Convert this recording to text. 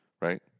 right